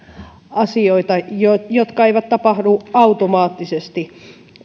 asioita jotka eivät tapahdu automaattisesti